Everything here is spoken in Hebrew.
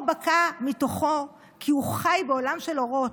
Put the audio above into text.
האור בקע מתוכו כי הוא חי בעולם של אורות,